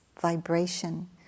vibration